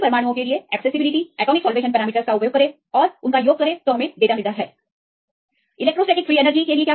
सभी परमाणुओं के लिए एक्सेसिबिलिटी एटॉमिक सॉल्वेशन पैरामीटर्स का उपयोग करें और योग करें और हमें डेटा मिलता है इलेक्ट्रोस्टैटिक फ्री एनर्जी के लिए